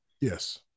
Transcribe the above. Yes